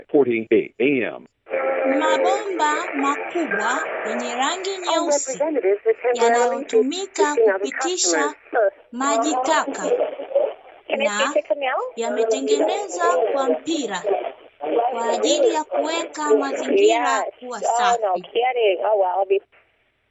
Mabomba makubwa yenye rangi nyeusi, yanayotumika kupitisha majitaka na yametengenezwa kwa mpira kwa ajili ya kuweka mazingira kuwa safi.